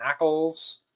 Ackles